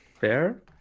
Fair